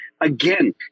again